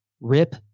rip